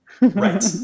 Right